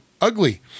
ugly